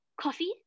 coffee